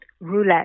roulette